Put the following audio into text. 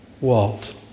Walt